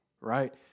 right